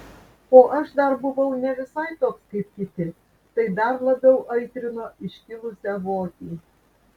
o aš dar buvau ne visai toks kaip kiti tai dar labiau aitrino iškilusią votį